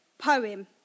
poem